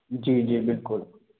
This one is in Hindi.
जी जी बिल्कुल